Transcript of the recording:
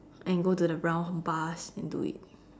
and go to the brow bars and do it